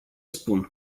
spun